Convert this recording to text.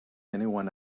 anyone